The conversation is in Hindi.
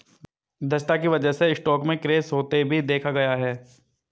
दक्षता की वजह से स्टॉक में क्रैश होते भी देखा गया है